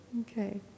Okay